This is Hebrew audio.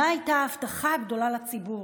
מה הייתה ההבטחה הגדולה לציבור?